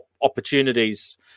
opportunities